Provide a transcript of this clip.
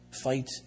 fight